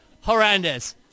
horrendous